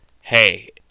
hey